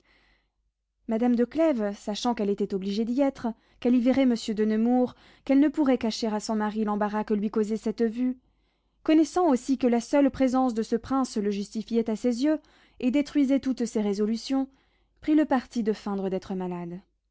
madame de clèves sachant qu'elle était obligée d'y être qu'elle y verrait monsieur de nemours qu'elle ne pourrait cacher à son mari l'embarras que lui causait cette vue connaissant aussi que la seule présence de ce prince le justifiait à ses yeux et détruisait toutes ses résolutions prit le parti de feindre d'être malade